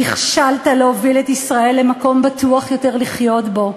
נכשלת בהובלת ישראל למקום בטוח יותר לחיות בו.